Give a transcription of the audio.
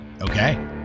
Okay